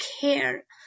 care